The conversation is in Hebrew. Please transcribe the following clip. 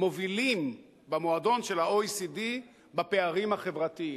מובילים במועדון של ה-OECD בפערים החברתיים.